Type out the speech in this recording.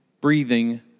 breathing